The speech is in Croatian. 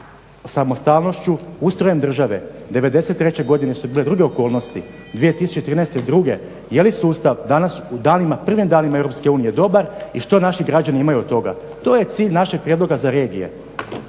samostalnošću, ustrojem države '93.godine su bile druge okolnosti, 2013.druge jeli sustav danas u danima prvim danima EU dobar i što naši građani imaju od toga? To je cilj našeg prijedloga za regije.